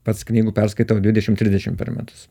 pats knygų perskaitau dvidešim trisdešimt per metus